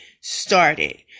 started